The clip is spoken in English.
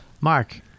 Mark